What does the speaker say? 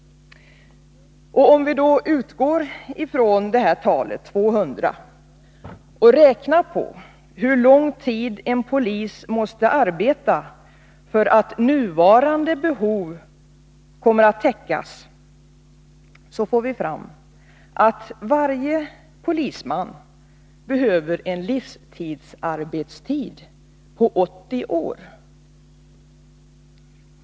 Om vi utgår från antalet 200 och räknar på hur lång tid en polis måste arbeta för att nuvarande behov skall komma att täckas, så får vi fram att varje polisman behöver en livstidsarbetstid på 80 år.